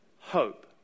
hope